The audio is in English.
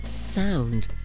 sound